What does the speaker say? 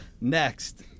Next